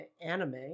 anime